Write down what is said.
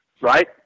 right